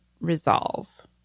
resolve